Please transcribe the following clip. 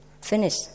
finish